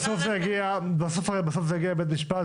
בסוף זה יגיע לבית משפט,